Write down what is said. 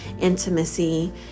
intimacy